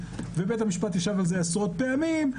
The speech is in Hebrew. ובית-המשפט ישב על זה עשרות פעמים,